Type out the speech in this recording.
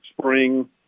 spring